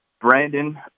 Brandon